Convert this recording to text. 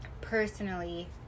personally